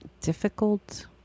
difficult